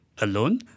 alone